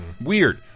Weird